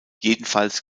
jedenfalls